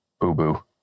boo-boo